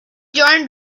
joined